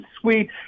sweet